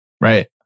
Right